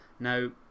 Now